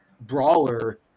brawler